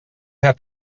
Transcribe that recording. have